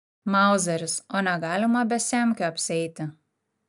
mauzeris o negalima be semkių apsieiti